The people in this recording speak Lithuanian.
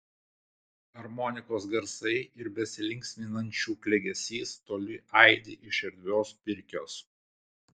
armonikos garsai ir besilinksminančių klegesys toli aidi iš erdvios pirkios